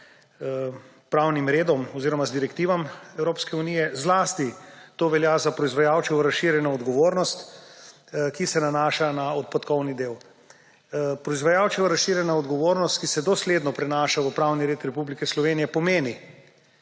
pravnim redom oziroma z direktivami Evropske unije. Zlasti to velja za proizvajalčevo razširjeno odgovornost, ki se nanaša na odpadkovni del. Proizvajalčeva razširjena odgovornost, ki se dosledno prenaša v pravni red Republike Slovenije, pomeni,